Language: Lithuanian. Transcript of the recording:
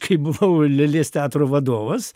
kai buvau lėlės teatro vadovas